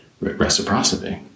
reciprocity